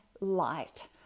light